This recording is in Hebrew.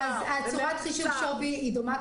צורת חישוב השווי היא דומה.